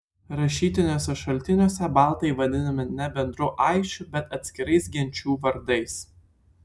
rašytiniuose šaltiniuose baltai vadinami ne bendru aisčių bet atskirais genčių vardais